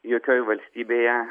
jokioj valstybėje